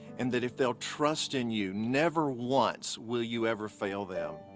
and that if they'll trust in you, never once will you ever fail them.